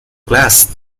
class